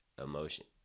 emotion